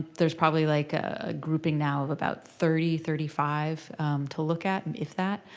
there's probably like a grouping now of about thirty, thirty five to look at, if that.